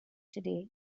today